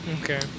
Okay